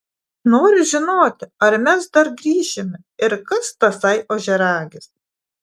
noriu žinoti ar mes dar grįšime ir kas tasai ožiaragis